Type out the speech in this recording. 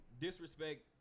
disrespect